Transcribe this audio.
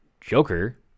Joker